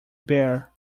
bear